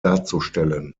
darzustellen